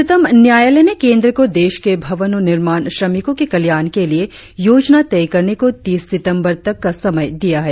उच्चतम न्यायालय ने केंद्र को देश के भवन और निर्माण श्रमिको के कल्याण के लिए योजना तय करने को तीस सितम्बर तक का समय दिया है